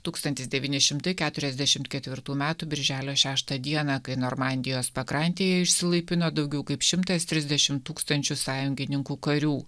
tūkstantis devyni šimtai keturiasdešim ketvirtų metų birželio šeštą dieną kai normandijos pakrantėje išsilaipino daugiau kaip šimtas trisdešim tūkstančių sąjungininkų karių